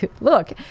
Look